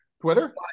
Twitter